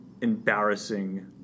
embarrassing